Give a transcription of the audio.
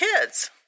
kids